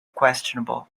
questionable